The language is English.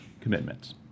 commitments